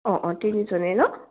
অঁ অঁ তিনিজনে নহ্